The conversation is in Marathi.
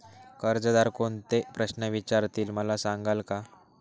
कर्जदार कोणते प्रश्न विचारतील, मला सांगाल का?